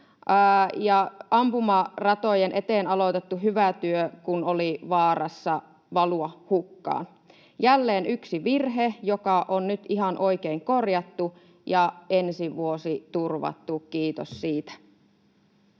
ampumaratojen eteen aloitettu hyvä työ kun oli vaarassa valua hukkaan. Jälleen yksi virhe, joka on nyt ihan oikein korjattu, ja ensi vuosi on turvattu, kiitos siitä.